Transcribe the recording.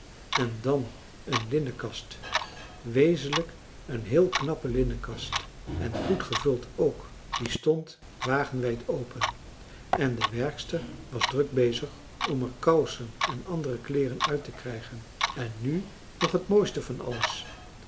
en dan een linnenkast wezenlijk een heel knappe linnenkast en goed gevuld ook die stond wagenwijd open en de werkster was druk bezig om er kousen en andere kleeren uit te krijgen en nu nog het mooiste van alles